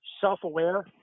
self-aware